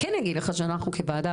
אנחנו כוועדה,